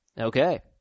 Okay